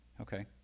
Okay